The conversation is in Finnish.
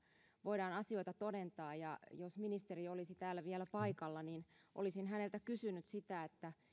voidaan asioita todentaa ja jos ministeri mykkänen olisi ollut täällä vielä paikalla niin olisin häneltä kysynyt